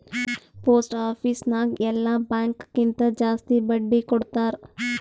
post office ನಾಗ್ ಎಲ್ಲಾ bank ಕಿಂತಾ ಜಾಸ್ತಿ ಬಡ್ಡಿ ಕೊಡ್ತಾರ್